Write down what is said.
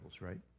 right